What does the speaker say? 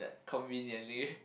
conveniently